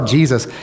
Jesus